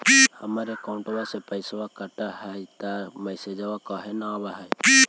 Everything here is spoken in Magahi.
हमर अकौंटवा से पैसा कट हई त मैसेजवा काहे न आव है?